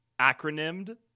acronymed